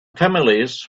families